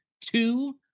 Two